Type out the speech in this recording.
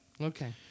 okay